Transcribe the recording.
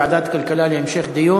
לוועדת הכלכלה נתקבלה.